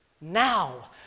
Now